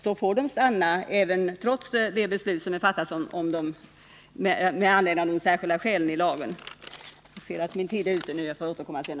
Om de kan åberopa starka skäl får de stanna.